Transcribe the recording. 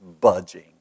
budging